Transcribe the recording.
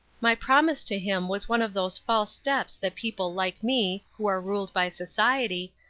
my promise to him was one of those false steps that people like me, who are ruled by society,